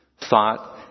thought